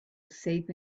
safe